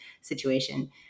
situation